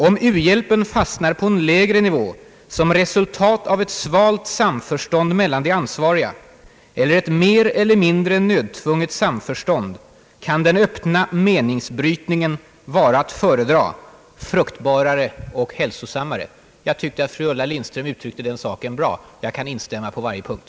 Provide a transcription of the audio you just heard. Om uhjälpen fastnar på en lägre nivå som resultat av ett svalt samförstånd mellan de ansvariga eller ett mer eller mindre nödtvunget samförstånd, kan den öppna meningsbrytningen vara att föredra, fruktbarare och hälsosammare.» Jag tycker att fru Ulla Lindström uttryckte den saken bra. Jag kan instämma på varje punkt.